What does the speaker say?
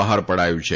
બહાર પડાયું છે